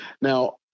Now